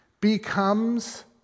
becomes